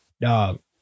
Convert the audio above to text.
Dog